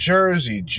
Jersey